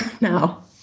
now